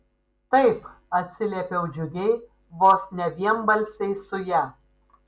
taip atsiliepiau džiugiai vos ne vienbalsiai su ja